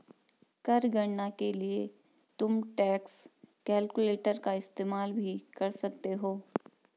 कर गणना के लिए तुम टैक्स कैलकुलेटर का इस्तेमाल भी कर सकते हो